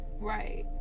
right